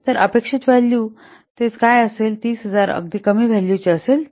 तर अपेक्षित व्हॅल्यू तेच काय असेल जे 30000 अगदी कमी व्हॅल्यूचे असेल